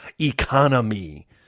economy